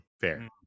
fair